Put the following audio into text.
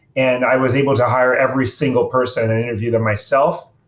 and i was able to hire every single person and interview them myself.